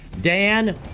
Dan